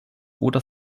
oder